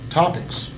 topics